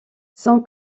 son